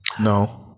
No